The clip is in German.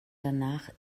danach